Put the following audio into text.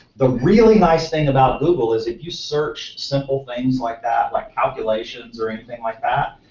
the really nice thing about google is if you search simple things like that, like calculations or anything like that,